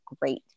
great